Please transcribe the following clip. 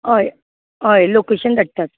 हय हय लोकेशन धाडटात